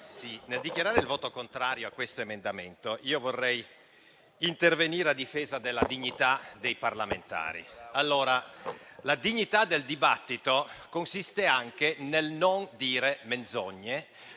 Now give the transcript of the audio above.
nel dichiarare il voto contrario su questo emendamento, vorrei intervenire a difesa della dignità dei parlamentari. La dignità del dibattito consiste anche nel non dire menzogne,